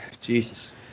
Jesus